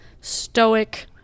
stoic